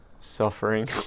suffering